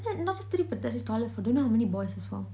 that's not three pathetic toilet for dunno how many boys as well